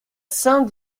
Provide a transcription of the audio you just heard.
saint